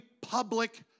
public